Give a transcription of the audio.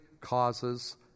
causes